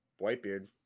Whitebeard